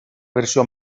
versió